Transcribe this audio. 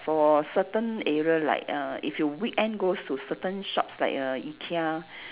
for certain area like uh if you weekend goes to certain shops like err Ikea